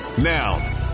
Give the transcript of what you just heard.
Now